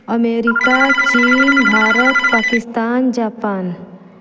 America चीन Bharat Pakistan Japan